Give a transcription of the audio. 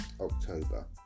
October